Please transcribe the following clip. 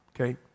okay